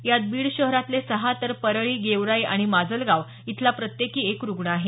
यात बीड शहरातले सहा तर परळी गेवराई आणि माजलगाव इथला प्रत्येकी एक रुग्ण आहे